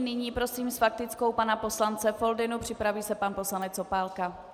Nyní prosím s faktickou pana poslance Foldynu, připraví se pan poslanec Opálka.